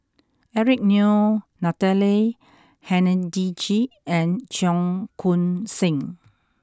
Eric Neo Natalie Hennedige and Cheong Koon Seng